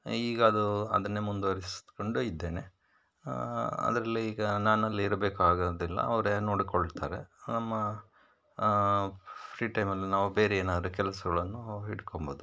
ಈಗ ಅದು ಅದನ್ನೇ ಮುಂದುವರಿಸಿಕೊಂಡು ಇದ್ದೇನೆ ಅದರಲ್ಲಿ ಈಗ ನಾನಲ್ಲಿ ಇರ್ಬೇಕು ಹಾಗಂತಿಲ್ಲ ಅವರೇ ನೋಡಿಕೊಳ್ಳುತ್ತಾರೆ ನಮ್ಮ ಫ್ರೀ ಟೈಮಲ್ಲಿ ನಾವು ಬೇರೆ ಏನಾದರೂ ಕೆಲಸಗಳನ್ನು ಇಟ್ಕೋಬೋದು